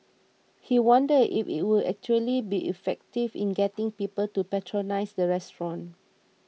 he wondered if it would actually be effective in getting people to patronise the restaurant